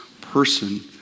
person